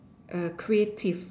err creative